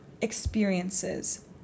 experiences